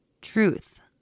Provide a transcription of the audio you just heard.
truth